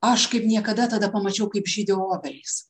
aš kaip niekada tada pamačiau kaip žydi obelys